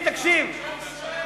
תשאל את שי חרמש.